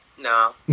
No